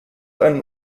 einen